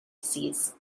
disease